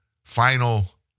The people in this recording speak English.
Final